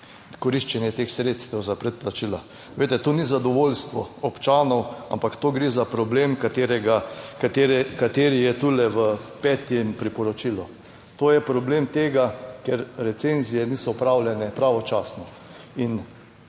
koriščenje teh sredstev za predplačila. Veste, to ni zadovoljstvo občanov, ampak to gre za problem, katerega, katere, kateri je tule v petem priporočilu. To je problem tega, ker recenzije niso opravljene pravočasno